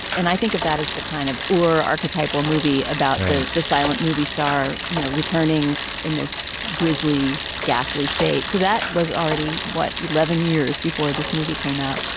and i think of that as the kind of or archetypal movie about the the silent movie star, you know, returning in this grisly, ghastly state. so that was already, what, eleven years before this movie came out.